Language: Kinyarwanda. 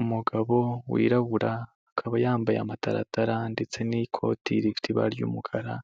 Umugabo wirabura akaba yambaye amataratara ndetse n'ikoti rifite ibara ry'umukara,